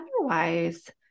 otherwise